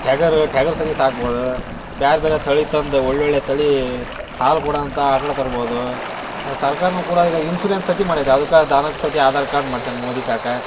ಟೆಗರ ಟೆಗರ್ ಸತಿ ಸಾಕ್ಬೋದು ಬ್ಯಾರೆ ಬ್ಯಾರೆ ತಳಿ ತಂದು ಒಳ್ಳೊಳ್ಳೆ ತಳಿ ಹಾಲು ಕೊಡೊವಂಥ ಆಕಳು ತರ್ಬೋದು ಸರ್ಕಾರನು ಕೂಡ ಈಗ ಇನ್ಸುರೆನ್ಸ್ ಸತಿ ಮಾಡೈತೆ ಅದಕ್ಕೆ ದನಕ್ಕೆ ಸತಿ ಆಧಾರ್ ಕಾರ್ಡ್ ಮಾಡ್ಸ್ಯಾನ ಮೋದಿ ಕಾಕಾ